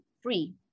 free